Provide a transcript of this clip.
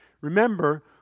Remember